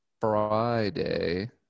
friday